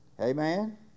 Amen